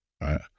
right